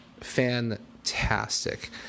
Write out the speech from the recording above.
fantastic